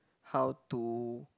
how to